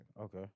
Okay